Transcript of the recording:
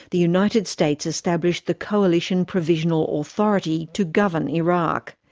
the united states established the coalition provisional authority to govern iraq.